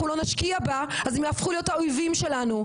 לא נשקיע בה אז היא תהפוך להיות האויבת שלנו,